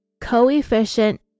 coefficient